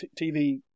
TV